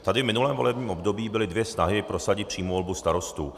Tady v minulém volebním období byly dvě snahy prosadit přímou volbu starostů.